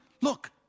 Look